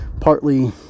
partly